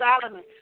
Solomon